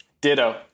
Ditto